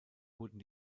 wurden